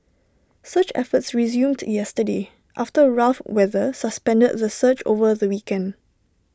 search efforts resumed yesterday after rough weather suspended the search over the weekend